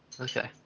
Okay